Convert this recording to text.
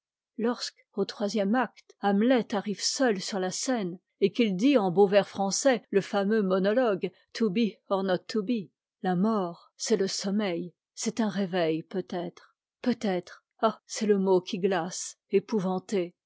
lorsque au troisième acte hamlet arrive seul sur là scène et qu'il dit en beaux vers français le fameux monologue to be or not to be la mort c'est le sommeil c'est un réveil peut-être peut-être ah c'est le mot qui gtace épouvante